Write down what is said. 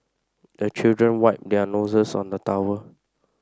the children wipe their noses on the towel